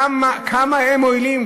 כמה הם מועילים,